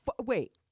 Wait